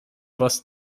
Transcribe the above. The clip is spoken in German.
was